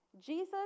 Jesus